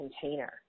container